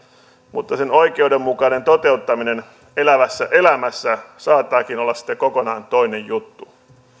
mutta sen oikeudenmukainen toteuttaminen elävässä elämässä saattaakin olla sitten kokonaan toinen juttu